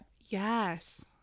Yes